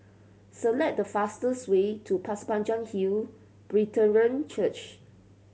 select the fastest way to Pasir Panjang Hill Brethren Church